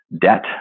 debt